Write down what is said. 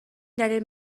دلیل